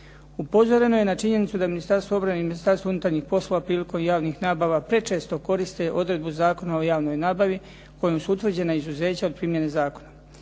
Upozoreno je na činjenicu da Ministarstvo obrane i Ministarstvo unutarnjih poslova prilikom javnih nabava prečesto koriste odredbu Zakona o javnoj nabavi, kojom su utvrđena izuzeća o primjeni zakona.